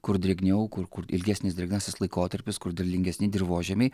kur drėgniau kur kur ilgesnis drėgnasis laikotarpis kur derlingesni dirvožemiai